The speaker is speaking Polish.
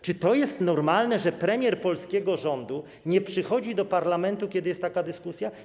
Czy to jest normalne, że premier polskiego rządu nie przychodzi do parlamentu, kiedy jest taka dyskusja?